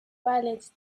violence